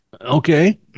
Okay